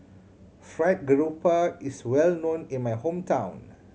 Fried Garoupa is well known in my hometown